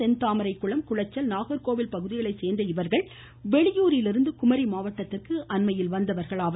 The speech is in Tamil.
தென்தாமரை குளம் குளச்சல் நாகர்கோவில் பகுதிகளை சேர்ந்த இவர்கள் வெளியூரிலிருந்து குமரி மாவட்டத்திற்கு வந்தவர்கள் ஆவர்